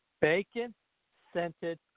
Bacon-scented